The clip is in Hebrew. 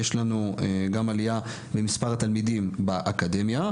יש לנו גם עלייה במספר התלמידים באקדמיה,